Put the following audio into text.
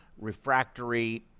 refractory